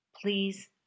Please